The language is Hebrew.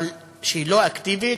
אבל היא לא אקטיבית,